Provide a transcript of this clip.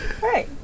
Right